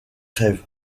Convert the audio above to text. grève